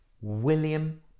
William